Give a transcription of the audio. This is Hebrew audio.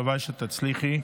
הלוואי שתצליחי.